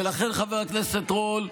ולכן, חבר הכנסת רול,